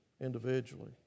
individually